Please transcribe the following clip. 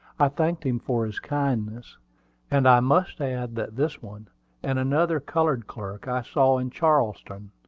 i thanked him for his kindness and i must add that this one and another colored clerk i saw in charleston,